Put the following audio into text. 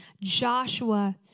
Joshua